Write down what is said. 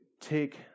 take